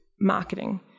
marketing